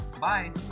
bye